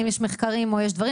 קוביד --- לא, שנייה.